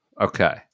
Okay